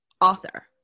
author